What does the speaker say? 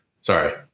Sorry